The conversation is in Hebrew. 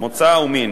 מוצא ומין.